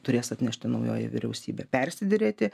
turės atnešti naujoji vyriausybė persiderėti